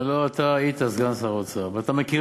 הלוא אתה היית סגן שר האוצר ואתה מכיר